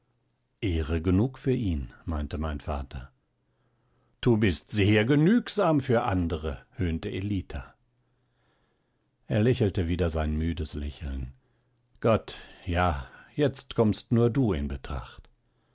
ehre genug für ihn meinte mein vater du bist sehr genügsam für andere höhnte ellita er lächelte wieder sein müdes lächeln gott ja jetzt kommst nur du in betracht